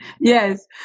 Yes